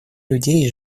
людей